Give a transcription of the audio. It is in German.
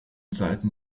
seiten